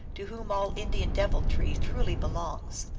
to whom all indian deviltry truly belongs.